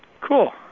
Cool